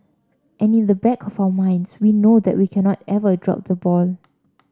and in the back of our minds we know that we cannot ever drop the ball